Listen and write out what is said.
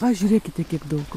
va žiūrėkite kiek daug